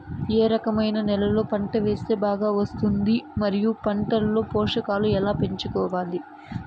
ఏ రకమైన నేలలో పంట వేస్తే బాగా వస్తుంది? మరియు పంట లో పోషకాలు ఎలా పెంచుకోవాలి?